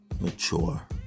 mature